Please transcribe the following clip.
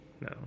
no